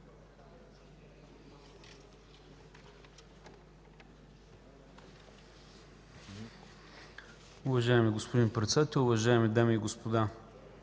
Уважаеми господин председател, уважаеми дами и господа!